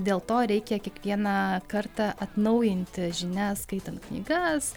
dėl to reikia kiekvieną kartą atnaujinti žinias skaitant knygas